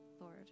Lord